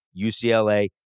UCLA